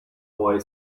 boy